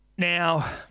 Now